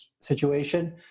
situation